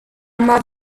más